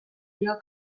dio